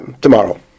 tomorrow